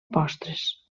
postres